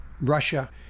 Russia